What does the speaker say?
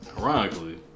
Ironically